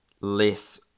less